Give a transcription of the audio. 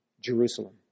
Jerusalem